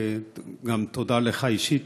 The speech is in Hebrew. גם תודה לך אישית,